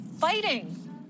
fighting